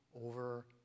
over